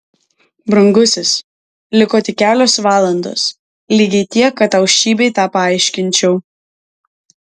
brangusis liko tik kelios valandos lygiai tiek kad tau šį bei tą paaiškinčiau